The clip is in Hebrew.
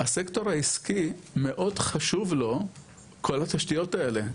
הסקטור העסקי מאוד חשוב לו כל התשתיות האלה,